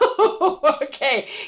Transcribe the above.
Okay